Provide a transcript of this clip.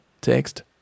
text